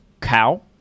Cow